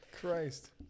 Christ